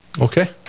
Okay